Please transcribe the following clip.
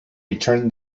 returned